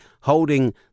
holding